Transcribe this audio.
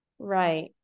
right